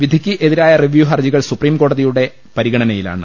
വിധിക്ക് എതിരായ റിവ്യൂ ഹർജികൾ സുപ്രീം കോടതിയുടെ പരിഗണനയിലാണ്